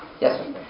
Yes